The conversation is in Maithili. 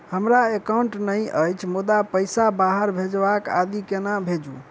हमरा एकाउन्ट नहि अछि मुदा पैसा बाहर भेजबाक आदि केना भेजू?